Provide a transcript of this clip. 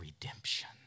redemption